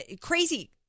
Crazy